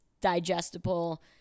digestible